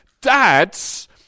dads